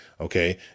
Okay